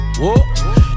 whoa